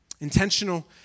Intentional